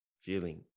feeling